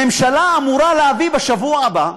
הממשלה אמורה להביא בשבוע הבא,